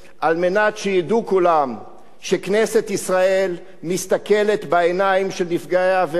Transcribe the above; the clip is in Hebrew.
על מנת שידעו כולם שכנסת ישראל מסתכלת בעיניים של נפגעי העבירה,